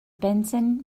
benson